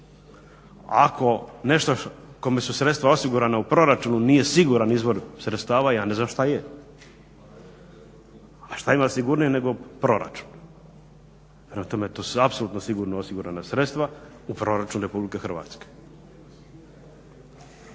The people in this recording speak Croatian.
Ako nešto kome su sredstva osigurana u proračunu nije siguran izvor sredstava, ja ne znam šta je. A šta ima sigurnije nego proračun. Prema tome to su apsolutno sigurno osigurana sredstva u proračunu Republike Hrvatske.